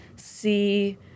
see